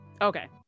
Okay